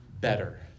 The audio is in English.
better